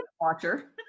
watcher